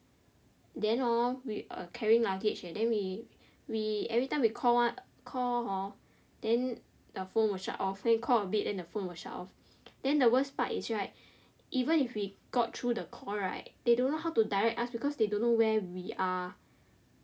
then hor we carrying luggage leh then we we everytime we call one call hor then the phone will shut off then we call a bit the phone will shut off then the worst part is right even if we got through the call right they don't know how to direct us because they don't know where we are